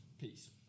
Peace